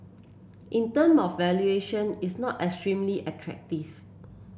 in term of valuation it's not extremely attractive